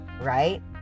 right